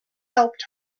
helped